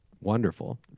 wonderful